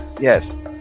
yes